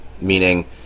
Meaning